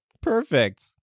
Perfect